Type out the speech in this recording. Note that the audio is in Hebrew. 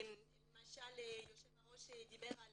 למשל, היושב-ראש דיבר על